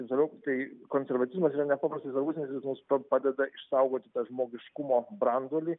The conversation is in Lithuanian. taip toliau tai konservatizmas yra nepaprastai svarbus nes jis mums padeda išsaugoti tą žmogiškumo branduolį